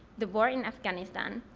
the war in afghanistan,